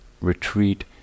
Retreat